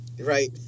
right